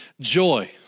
Joy